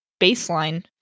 baseline